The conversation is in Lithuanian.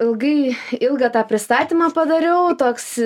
ilgai ilgą tą pristatymą padariau toks